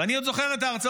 ואני עוד זוכר את ההרצאות,